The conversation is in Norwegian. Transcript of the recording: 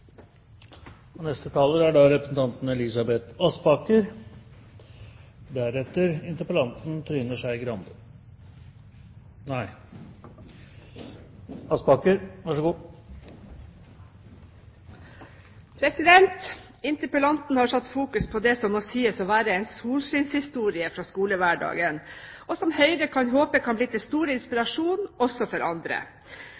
Interpellanten har satt fokus på det som må sies å være en solskinnshistorie fra skolehverdagen, og som Høyre håper kan bli til stor